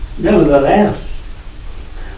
Nevertheless